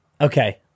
Okay